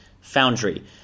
Foundry